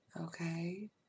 Okay